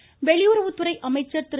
ஜெய்சங்கர் வெளியுறவுத்துறை அமைச்சர் திரு